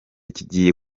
kigiye